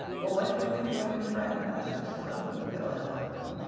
well, what do you think of our new friend? asked priscilla, when phil had left them.